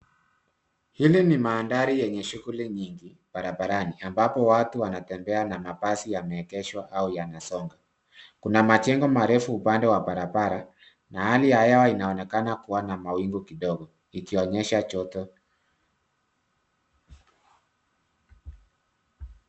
Hili ni mandhari yenye shughuli nyingi barabarani ambapo watu wanatembea na mabasi yameegeshwa au yanasonga. Kuna majengo marefu upande wa barabara na hali ya hewa inaonekana kuwa na mawingu kidogo ikionyesha joto.